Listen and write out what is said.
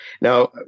Now